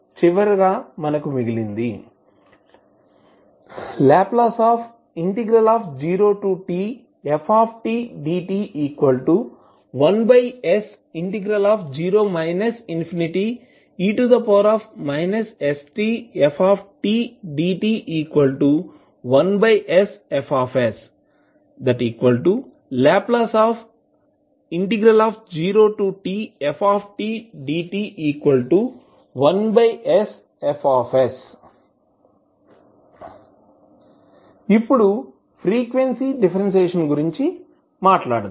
చివరగా మనకు మిగిలింది L0tftdt1s0 e stftdt1sFs L0tftdt 1sF ఇప్పుడు ఫ్రీక్వెన్సీ డిఫరెన్సియేషన్ గురించి మాట్లాడుదాం